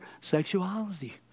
sexuality